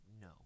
no